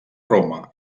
roma